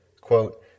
Quote